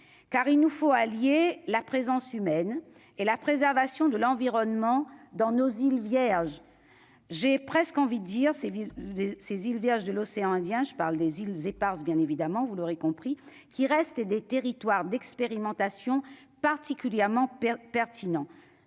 car il nous faut allier la présence humaine et la préservation de l'environnement dans nos îles Vierges, j'ai presque envie dire ses vices de ces îles Vierges de l'océan Indien, je parle des îles Eparses, bien évidemment, vous l'aurez compris qui reste et des territoires d'expérimentation particulièrement pertinent,